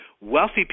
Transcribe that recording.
Wealthy